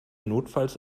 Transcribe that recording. notfalls